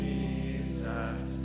Jesus